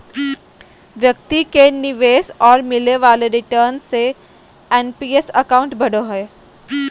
व्यक्ति के निवेश और मिले वाले रिटर्न से एन.पी.एस अकाउंट बढ़ो हइ